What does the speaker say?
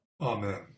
Amen